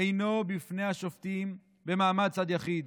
אינו בפני השופטים במעמד צד יחיד.